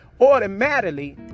automatically